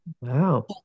Wow